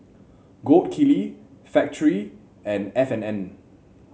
Gold Kili Factorie and F and N